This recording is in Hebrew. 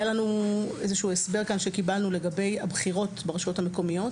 היה לנו איזה שהוא הסבר שקיבלנו לגבי הבחירות ברשויות המקומיות.